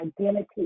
identity